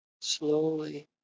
slowly